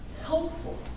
helpful